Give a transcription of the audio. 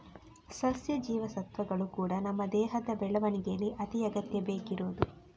ಸಸ್ಯ ಜೀವಸತ್ವಗಳು ಕೂಡಾ ನಮ್ಮ ದೇಹದ ಬೆಳವಣಿಗೇಲಿ ಅತಿ ಅಗತ್ಯ ಬೇಕಿರುದು